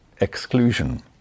exclusion